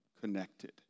connected